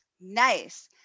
Nice